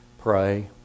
pray